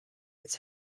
its